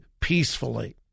peacefully